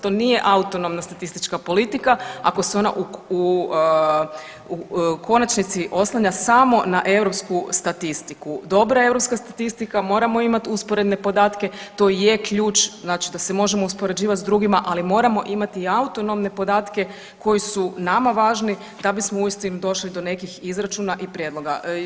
To nije autonomna statistička politika ako se ona u konačnici oslanja samo na europsku statistiku, dobra europska statistika moramo imat usporedne podatke, to je i je ključ znači da se možemo uspoređivat s drugima, ali moramo imati i autonomne podatke koji su nama važni da bismo uistinu došli do nekih izračuna i prijedloga.